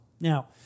Now